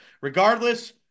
Regardless